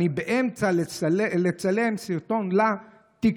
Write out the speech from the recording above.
אני באמצע לצלם סרטון לטיקטוק.